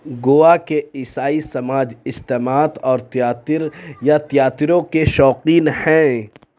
گوا کے عیسائی سماج اجتماعات اور تیاتر یا تیاتروں کے شوقین ہیں